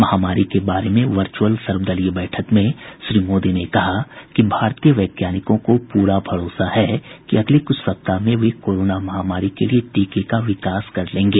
महामारी के बारे में वर्चुअल सर्वदलीय बैठक में श्री मोदी ने कहा कि भारतीय वैज्ञानिकों को पूरा भरोसा है कि अगले कुछ सप्ताह में वे कोरोना महामारी के लिए टीके का विकास कर लेंगे